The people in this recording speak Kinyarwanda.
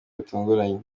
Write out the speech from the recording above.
butunguranye